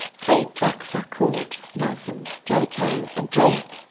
three trucks are called nelson, jellicoe, and drake,